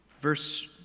verse